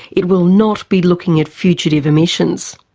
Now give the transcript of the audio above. it will not be looking at fugitive emissions.